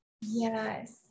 Yes